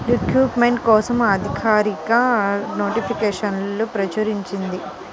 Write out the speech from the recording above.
recruitment కోసం అధికారిక నోటిఫికేషన్ను ప్రచురించింది